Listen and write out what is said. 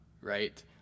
right